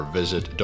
visit